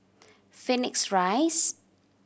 Phoenix Rise